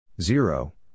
zero